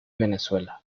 venezuela